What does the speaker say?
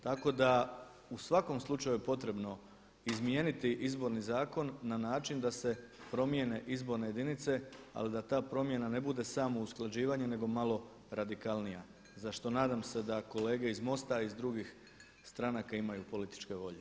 Tako da u svakom slučaju je potrebno izmijeniti Izborni zakon na način da se promijene izborne jedinice, ali da ta promjena ne bude samo usklađivanje nego malo radikalnija za što nadam se da kolege iz MOST-a i iz drugih stranaka imaju političke volje.